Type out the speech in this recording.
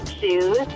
shoes